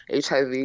HIV